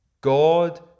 God